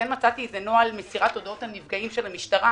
מצאתי את נוהל מסירת הודעות על נפגעים של המשטרה,